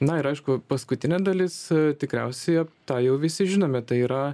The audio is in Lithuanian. na ir aišku paskutinė dalis tikriausiai tą jau visi žinome tai yra